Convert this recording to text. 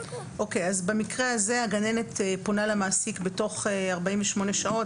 במקרה הזה הגננת פונה למעסיק בתוך 48 שעות,